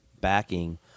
backing